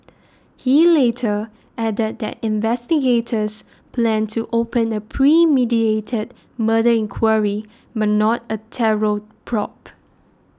he later added that investigators planned to open a premeditated murder inquiry but not a terror probe